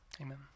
Amen